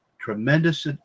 tremendous